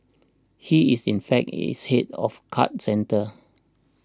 he is in fact its head of card centre